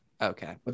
Okay